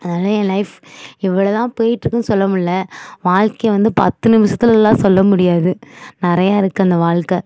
அதனால் ஏன் லைஃப் இவ்வளவு தான் போயிகிட்டு இருக்குன்னு சொல்ல முடியல வாழ்க்கை வந்து பத்து நிமிஷத்தில எல்லாம் சொல்ல முடியாது நிறைய இருக்கு அந்த வாழ்க்க